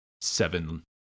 seven